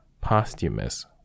Posthumous